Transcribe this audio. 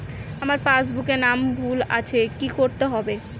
আমার পাসবুকে নাম ভুল আছে কি করতে হবে?